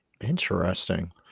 Interesting